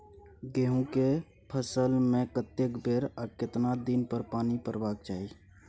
गेहूं के फसल मे कतेक बेर आ केतना दिन पर पानी परबाक चाही?